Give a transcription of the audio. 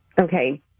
Okay